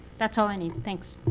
that's all i need. thanks.